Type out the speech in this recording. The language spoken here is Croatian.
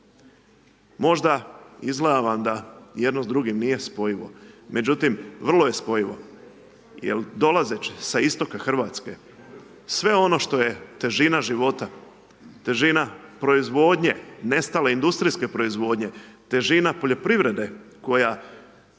Možda izgleda vam da jedno s drugim nije spojivo, međutim vrlo je spojivo jer dolazeći sa istoka Hrvatske, sve ono što je težina života, težina proizvodnje, nestale industrijske proizvodnje, težina poljoprivrede koja